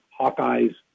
Hawkeyes